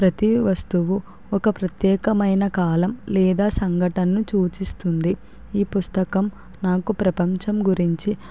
ప్రతి వస్తువు ఒక ప్రత్యేకమైన కాలం లేదా సంఘటనను సూచిస్తుంది ఈ పుస్తకం నాకు ప్రపంచం గురించి